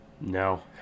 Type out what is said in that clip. no